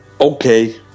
Okay